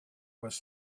was